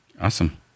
Awesome